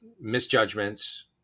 misjudgments